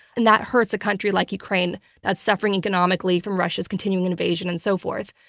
and that hurts a country like ukraine that's suffering economically from russia's continuing invasion and so forth,